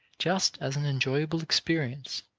just as an enjoyable experience,